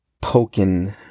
poking